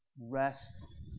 rest